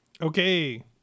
Okay